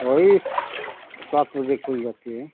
वही सात बजे खुल जाती है